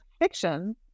fiction